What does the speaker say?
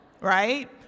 right